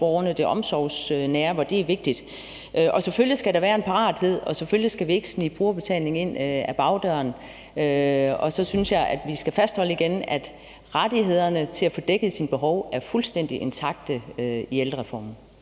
det omsorgsnære, hvor det er vigtigt. Og selvfølgelig skal der være en parathed, og selvfølgelig skal vi ikke snige brugerbetaling ind ad bagdøren. Og så synes jeg igen, at vi skal fastholde, at rettighederne til at få dækket sine behov er fuldstændig intakte i ældrereformen.